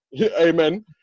Amen